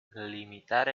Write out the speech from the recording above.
limitar